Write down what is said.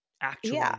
actual